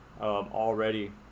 already